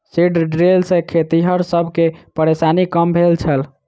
seed drill सॅ खेतिहर सब के परेशानी कम भेल छै